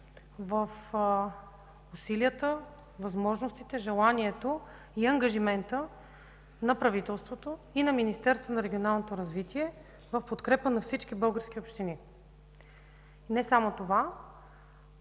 в усилията, възможностите, желанието и ангажимента на правителството и на Министерството на регионалното развитие и благоустройството в подкрепа на всички български общини. Не само това,